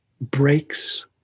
breaks